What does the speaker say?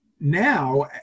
now